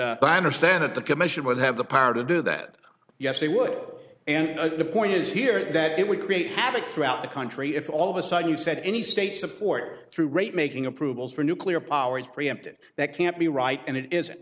and i understand that the commission would have the power to do that yes they would and the point is here that it would create havoc throughout the country if all of a sudden you said any state support through rate making approvals for nuclear power is preempted that can't be right and it isn't